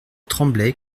tremblaient